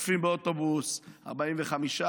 מצטופפים באוטובוס 45,